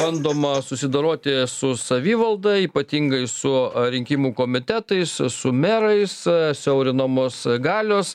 bandoma susidoroti su savivalda ypatingai su rinkimų komitetais su merais siaurinamos galios